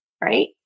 Right